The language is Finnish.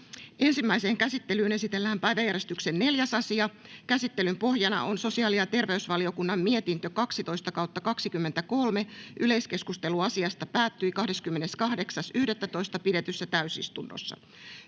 Ensimmäiseen käsittelyyn esitellään päiväjärjestyksen 4. asia. Käsittelyn pohjana on sosiaali- ja terveysvaliokunnan mietintö StVM 12/2023 vp. Yleiskeskustelu asiasta päättyi 28.11.2023 pidetyssä täysistunnossa.